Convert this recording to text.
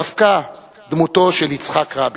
דווקא דמותו של יצחק רבין.